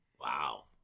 Wow